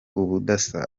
ubudasa